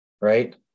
right